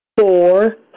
Four